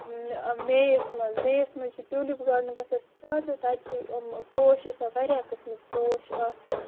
مییس منٛز مییس منٛز چھُ ٹیوٗلِپ گاڈن گژھان سِٹاٹ تہٕ تتہِ چھُ پوش آسان واریاہ قِسمٕکۍ پوش آسان